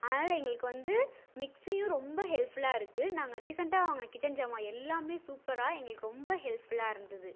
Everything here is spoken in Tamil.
அதனாலே எங்களுக்கு வந்து மிக்ஸியும் ரொம்ப ஹெல்ப்ஃபுல்லாயிருக்கு நாங்கள் ரீசென்ட்டாக வாங்கின கிட்சன் ஜாமான் எல்லாமே சூப்பரா எங்களுக்கு ரொம்ப ஹெல்ப்ஃபுல்லாயிருந்தது